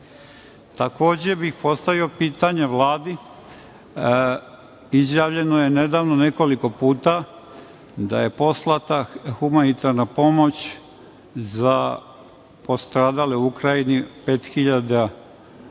puta. Takođe, postavio bih pitanje Vladi. Izjavljeno je nedavno nekoliko puta da je poslata humanitarna pomoć za postradale u Ukrajini, 5.000